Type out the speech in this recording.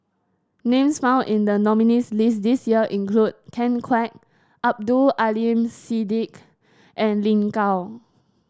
names found in the nominees' list this year include Ken Kwek Abdul Aleem Siddique and Lin Gao